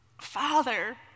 Father